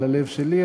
על הלב שלי,